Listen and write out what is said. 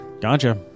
Gotcha